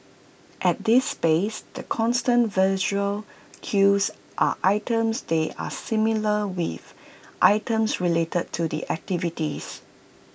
at this space the constant visual cues are items they are familiar with items related to the activities